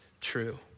true